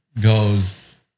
goes